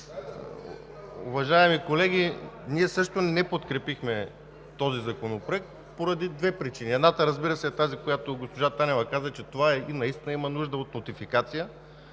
Уважаеми колеги, ние също не подкрепихме този законопроект поради две причини: едната, разбира се, е тази, която госпожа Танева каза, че наистина има нужда от нотификация.